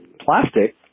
plastic